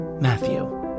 Matthew